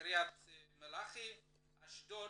קריית מלאכי, אשדוד,